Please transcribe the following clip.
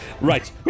Right